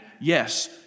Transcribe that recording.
yes